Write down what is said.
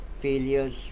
failures